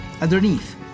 underneath